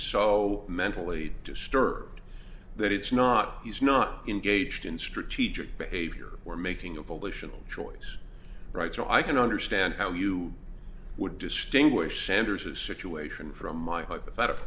so mentally disturbed that it's not he's not in gauged in strategic behavior or making a pollution choice right so i can understand how you would distinguish sanders of situation from my hypothetical